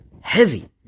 heavy